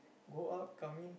go out come in